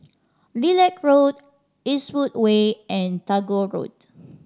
Lilac Road Eastwood Way and Tagore Road